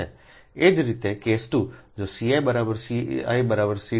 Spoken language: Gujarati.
એ જ રીતે કેસ 2 જોC1C1 C3